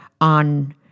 on